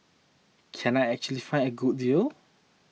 can I actually find a good deal